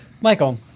Michael